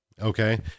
Okay